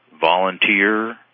volunteer